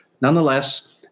Nonetheless